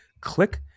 Click